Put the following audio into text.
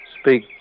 speak